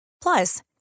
Plus